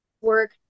work